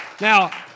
Now